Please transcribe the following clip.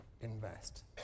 invest